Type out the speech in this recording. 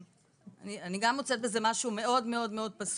אני גם מוצאת בזה משהו מאוד פסול.